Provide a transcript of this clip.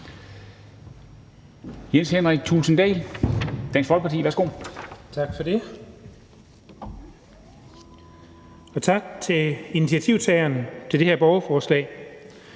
Jens Henrik Thulesen Dahl (DF): Tak for det, og tak til initiativtageren til det her borgerforslag.